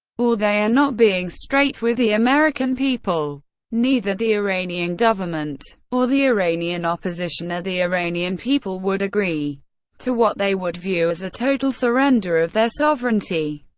or they are not being straight with the american people. neither the iranian government, or the iranian opposition, or the iranian people would agree to what they would view as a total surrender of their sovereignty.